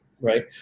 right